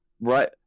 right